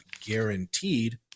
guaranteed